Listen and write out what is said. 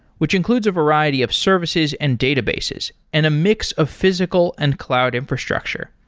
which includes a variety of services and databases and a mix of physical and cloud infrastructure.